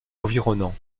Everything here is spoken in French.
environnants